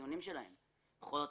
בחנים ולא לקבל ציונים,